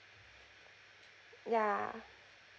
ya